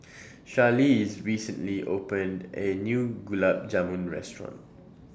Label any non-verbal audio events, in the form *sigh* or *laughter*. *noise* Charlize recently opened A New Gulab Jamun Restaurant